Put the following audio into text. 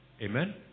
Amen